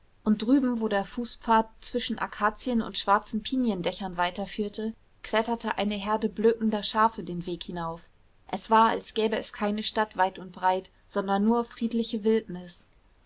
und drüben wo der fußpfad zwischen akazien und schwarzen piniendächern weiterführte kletterte eine herde blökender schafe den berg hinauf es war als gäbe es keine stadt weit und breit sondern nur friedliche wildnis